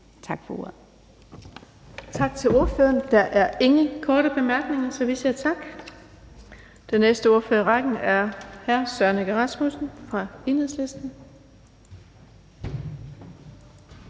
Tak for ordet.